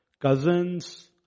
cousins